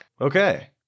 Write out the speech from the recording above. Okay